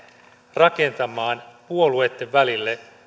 rakentamaan puolueitten välille